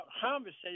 conversation